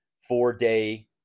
four-day